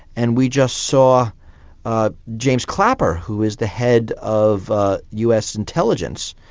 and we just saw ah james clapper who is the head of ah us intelligence,